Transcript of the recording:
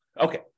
Okay